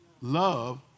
Love